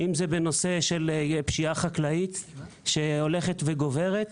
אם זה בנושא של פשיעה חקלאית שהולכת וגוברת.